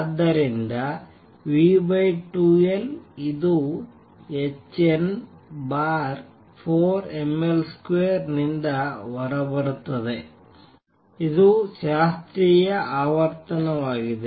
ಆದ್ದರಿಂದ v2L ಇದು hn4mL2 ನಿಂದ ಹೊರಬರುತ್ತದೆ ಇದು ಶಾಸ್ತ್ರೀಯ ಆವರ್ತನವಾಗಿದೆ